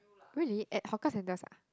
really at hawker centres ah